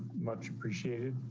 much appreciated.